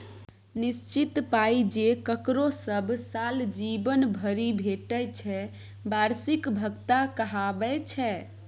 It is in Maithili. निश्चित पाइ जे ककरो सब साल जीबन भरि भेटय छै बार्षिक भत्ता कहाबै छै